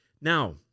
Now